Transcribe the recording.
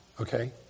okay